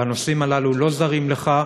והנושאים הללו לא זרים לך,